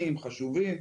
נתונים חשובים.